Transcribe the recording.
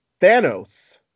Thanos